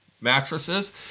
mattresses